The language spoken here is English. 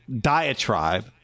diatribe